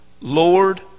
Lord